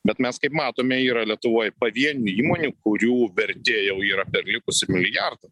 bet mes kaip matome yra lietuvoj pavienių įmonių kurių vertė jau yra perlipusi milijardą